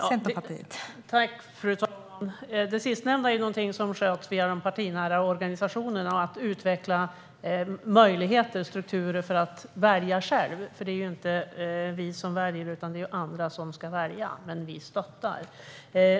Fru talman! Det sistnämnda är någonting som sköts via de partinära organisationerna, att utveckla möjligheter och strukturer för att själva välja parlamentariker. Det är ju inte vi utan andra som ska välja dem, men vi stöttar.